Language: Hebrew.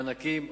מענקים,